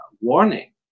warning